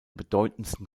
bedeutendsten